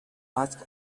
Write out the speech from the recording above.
ask